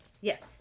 yes